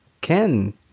Ken